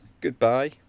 Goodbye